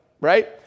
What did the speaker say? Right